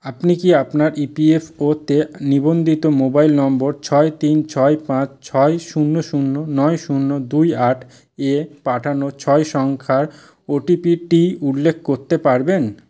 আপনি কি আপনার ইপিএফওতে নিবন্ধিত মোবাইল নম্বর ছয় তিন ছয় পাঁচ ছয় শূন্য শূন্য নয় শূন্য দুই আট এ পাঠানো ছয় সংখ্যার ওটিপিটি উল্লেখ করতে পারবেন